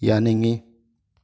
ꯌꯥꯅꯤꯡꯉꯤ